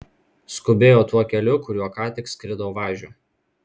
skubėjo tuo keliu kuriuo ką tik skrido važiu